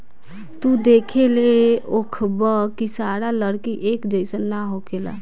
तू देखले होखबऽ की सारा लकड़ी एक जइसन ना होखेला